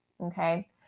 okay